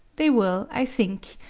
they will, i think,